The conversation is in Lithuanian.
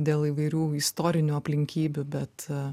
dėl įvairių istorinių aplinkybių bet